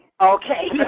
Okay